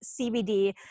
CBD